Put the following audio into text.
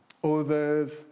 others